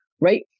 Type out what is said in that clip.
right